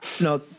No